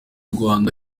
rwanda